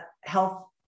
health